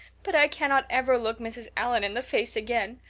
but i cannot ever look mrs. allan in the face again.